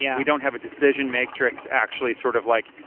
yeah we don't have a decision matrix actually sort of like,